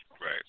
Right